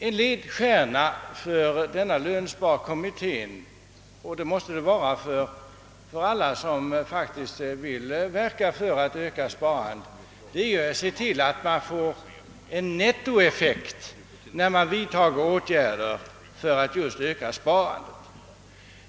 En ledstjärna för lönsparkommittén liksom för alla som vill verka för ett ökat sparande är att åstadkomma en nettoeffekt med sparåtgärderna.